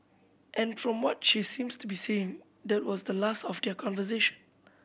and from what she seems to be saying that was the last of their conversation